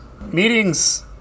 Meetings